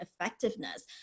effectiveness